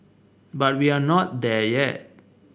but we're not there yet